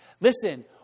listen